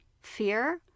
Fear